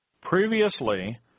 Previously